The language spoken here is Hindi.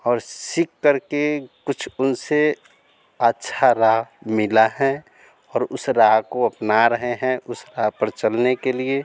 और सीख करके कुछ उनसे अच्छी राह मिली है और उस राह को अपना रहे हैं उसका राह पर चलने के लिए